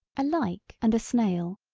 alike and a snail,